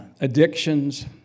addictions